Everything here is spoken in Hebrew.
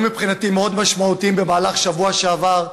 מבחינתי מאוד משמעותיים במהלך השבוע שעבר,